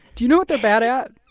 do you know what they're bad at?